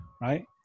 right